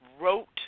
wrote